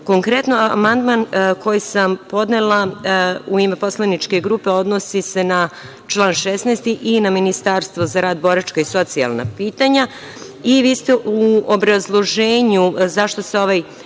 nabrajam. Konkretno amandman koji sam podnela, u ime poslaničke grupe, odnosi se na član 16. i na Ministarstvo za rad, boračka i socijalna pitanja i vi ste u obrazloženju zašto se ovaj